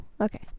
Okay